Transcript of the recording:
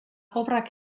obrak